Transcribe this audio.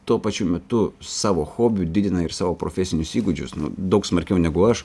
tuo pačiu metu savo hobiu didina ir savo profesinius įgūdžius daug smarkiau negu aš